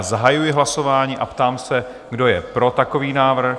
Zahajuji hlasování a ptám se, kdo je pro takový návrh?